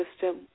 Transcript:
system